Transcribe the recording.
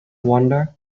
wonder